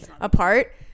apart